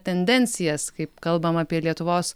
tendencijas kaip kalbam apie lietuvos